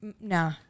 nah